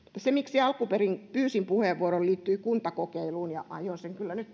se miksi alunperin pyysin puheenvuoron liittyy kuntakokeiluun ja aion sen kyllä nyt